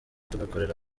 tugakorera